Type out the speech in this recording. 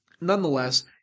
nonetheless